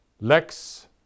lex